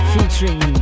Featuring